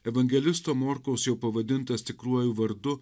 evangelisto morkaus jau pavadintas tikruoju vardu